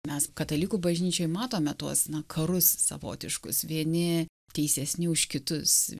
mes katalikų bažnyčioj matome tuos karus savotiškus vieni teisesni už kitus